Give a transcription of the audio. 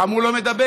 למה הוא לא מדבר?